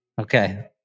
Okay